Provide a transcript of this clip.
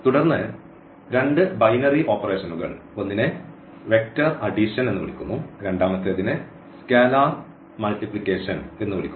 തുടർന്ന് രണ്ട് ബൈനറി ഓപ്പറേഷനുകൾ ഒന്നിനെ വെക്റ്റർ അഡിഷൻ എന്ന് വിളിക്കുന്നു രണ്ടാമത്തേതിനെ സ്കേലാർ മൾട്ടിപ്ലിക്കേഷൻ എന്ന് വിളിക്കുന്നു